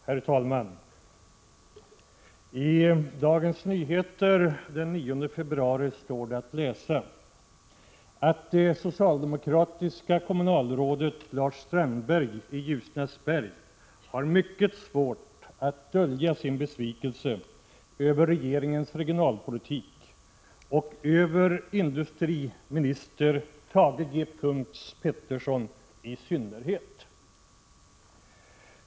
Herr talman! I Dagens Nyheter den 9 februari står det att läsa att: Det socialdemokratiska kommunalrådet Lars Strandberg, Ljusnarsberg, har mycket svårt att dölja sin besvikelse över regeringens regionalpolitik och över industriminister Thage G. Peterson i synnerhet.